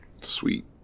Sweet